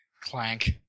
Clank